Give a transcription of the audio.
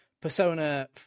Persona